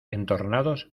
entornados